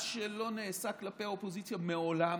מה שלא נעשה כלפי האופוזיציה מעולם